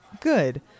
Good